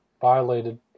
violated